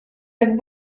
jak